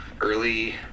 Early